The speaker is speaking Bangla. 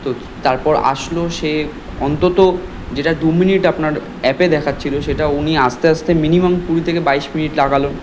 তো তারপর আসলো সে অন্তত যেটা দু মিনিট আপনার অ্যাপে দেখাচ্ছিল সেটা উনি আসতে আসতে মিনিমাম কুড়ি থেকে বাইশ মিনিট লাগালো